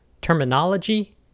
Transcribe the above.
terminology